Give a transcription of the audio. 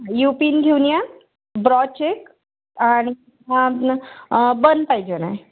U pin घेऊन या ब्रॉच एक आणि बन पाहिजे नाही